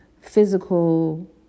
physical